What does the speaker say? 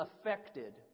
affected